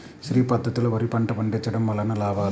శ్రీ పద్ధతిలో వరి పంట పండించడం వలన లాభాలు?